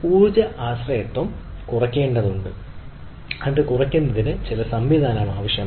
ഊർജ്ജ ആശ്രിതത്വം കുറയ്ക്കേണ്ടതുണ്ട് ഊർജ്ജ ആശ്രിതത്വം കുറയ്ക്കുന്നതിന് നമ്മൾക്ക് ചില സംവിധാനം ആവശ്യമാണ്